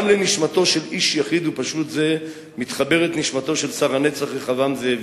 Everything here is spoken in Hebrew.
גם לנשמתו של איש יחיד ופשוט זה מתחברת נשמתו של שר הנצח רחבעם זאבי,